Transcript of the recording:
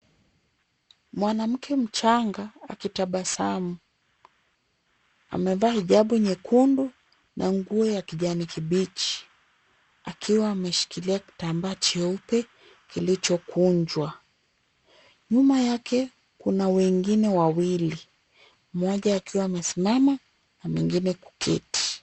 Mwanamke mchanga akitabasamu. Amevaa hijabu nyekundu na nguo ya kijani kibichi. Akiwa ameshikilia kitambaa cheupe kilicho kunjwa. Nyuma yake kuna wengine wawili, mmoja akiwa amesimama na mwingine kuketi.